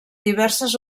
diverses